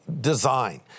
design